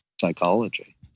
psychology